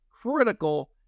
critical